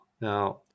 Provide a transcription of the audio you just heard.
Now